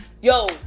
yo